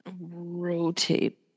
Rotate